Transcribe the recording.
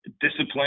Discipline